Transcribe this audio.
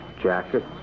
jacket